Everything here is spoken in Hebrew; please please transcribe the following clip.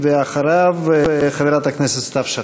אחריו, חברת הכנסת סתיו שפיר.